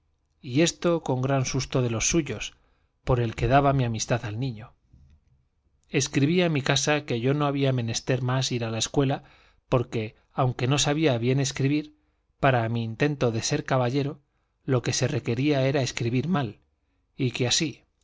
y esto con gran gusto de los suyos por el que daba mi amistad al niño escribí a mi casa que yo no había menester más ir a la escuela porque aunque no sabía bien escribir para mi intento de ser caballero lo que se requería era escribir mal y que así